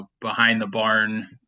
behind-the-barn